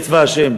יהיה צבא השם,